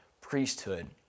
priesthood